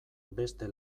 beste